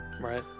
Right